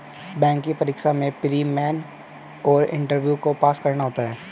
bank की परीक्षा में प्री, मेन और इंटरव्यू को पास करना होता है